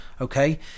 okay